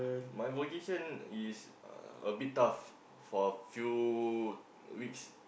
my vocation is a bit tough for a few weeks